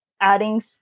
adding